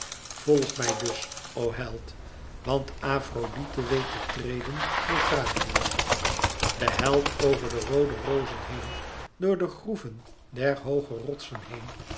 volg mij dus o held want afrodite weét te treden door thrakië de held over de roode rozen heen door de groeven der hooge rotsen heen